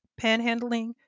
Panhandling